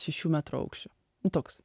šešių metrų aukščio nu toks